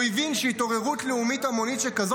הוא הבין שהתעוררות לאומית המונית שכזו,